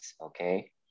okay